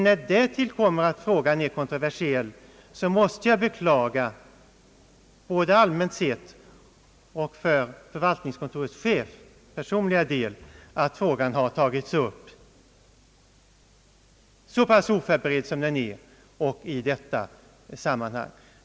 När därtill kommer att frågan är kontroversiell, måste jag beklaga, både allmänt sett och för förvaltningskontorets chef personligen, att frågan har tagits upp så pass oförberedd som den är och i detta sammanhang.